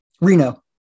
Reno